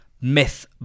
myth